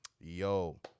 Yo